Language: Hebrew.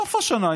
בסוף השנה,